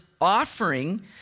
offering